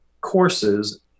courses